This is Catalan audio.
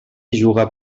juga